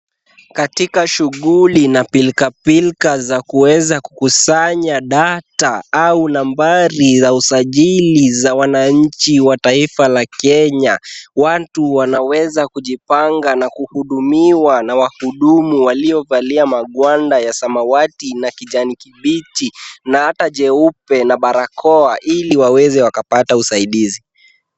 Katika shughuli na pilkapilka za kuweza kukusanya data au nambari ya usajili za wananchi wa taifa la Kenya. Watu wanaweza kujipanga na kuhudimiwa na wahudumu waliovalia magwanda ya samawati na kijani kibichi na hata jeupe na barakoa ili waweze wakapata usaidizi.